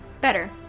Better